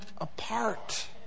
apart